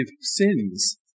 sins